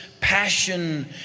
passion